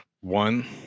one